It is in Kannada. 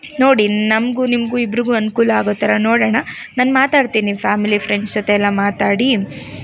ನೋಡಿ ನಮಗು ನಿಮಗು ಇಬ್ರಿಗೂ ಅನುಕೂಲ ಆಗೋ ಥರ ನೋಡೋಣ ನಾನು ಮಾತಾಡ್ತೀನಿ ಫ್ಯಾಮಿಲಿ ಫ್ರೆಂಡ್ಸ್ ಜೊತೆ ಎಲ್ಲ ಮಾತಾಡಿ